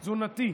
תזונתי.